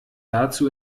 dazu